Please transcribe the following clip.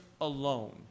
alone